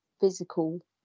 physical